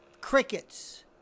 crickets